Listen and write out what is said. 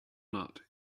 not